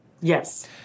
Yes